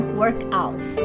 workouts